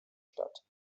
statt